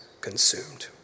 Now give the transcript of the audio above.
consumed